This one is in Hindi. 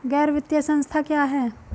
गैर वित्तीय संस्था क्या है?